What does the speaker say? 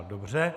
Dobře.